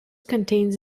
contains